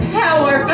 power